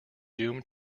doomed